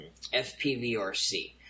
FPVRC